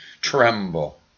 tremble